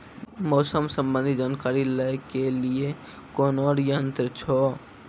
मौसम संबंधी जानकारी ले के लिए कोनोर यन्त्र छ?